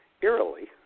eerily